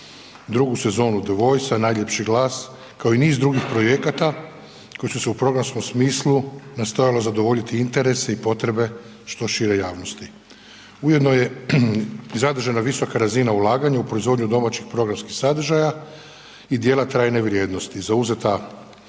drugu sezonu The Voice najljepši glas, kao i niz drugih projekata koji su se u programskom smislu nastojalo zadovoljiti interese i potrebe što šire javnosti. Ujedno je i zadržana visoka razina ulaganja u proizvodnju domaćih programskih sadržaja i dijela trajne vrijednosti, zauzeta